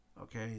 okay